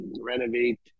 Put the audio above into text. renovate